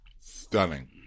stunning